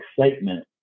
excitement